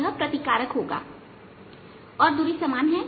यह प्रतिकारक होगा और दूरी समान है